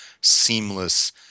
seamless